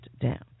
down